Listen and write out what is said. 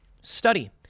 Study